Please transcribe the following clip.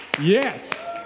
Yes